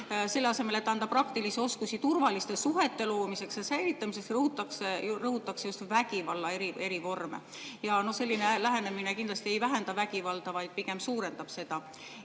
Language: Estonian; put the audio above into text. Selle asemel, et anda praktilisi oskusi turvaliste suhete loomiseks ja säilitamiseks, rõhutatakse just vägivalla eri vorme. Selline lähenemine kindlasti ei vähenda vägivalda, pigem suurendab